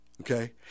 Okay